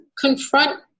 confront